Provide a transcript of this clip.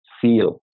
feel